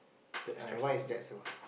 ya and why is that so